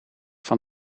van